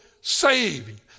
saving